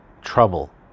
trouble